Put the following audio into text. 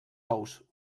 ous